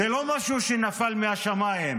זה לא משהו שנפל מהשמיים.